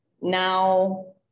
now